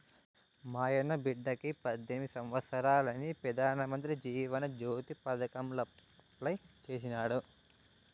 మాయన్న బిడ్డకి పద్దెనిమిది సంవత్సారాలని పెదానమంత్రి జీవన జ్యోతి పదకాంల అప్లై చేసినాడు